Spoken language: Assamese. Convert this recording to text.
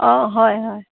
অঁ হয় হয়